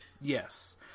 Yes